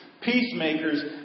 Peacemakers